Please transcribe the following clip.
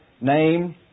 name